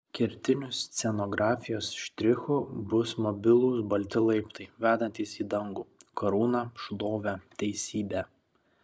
kertiniu scenografijos štrichu bus mobilūs balti laiptai vedantys į dangų karūną šlovę teisybę